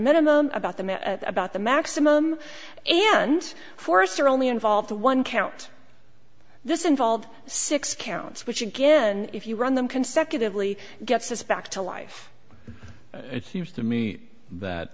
minimum about the about the maximum am and forests are only involved in one count this involved six counts which again if you run them consecutively gets us back to life it seems to me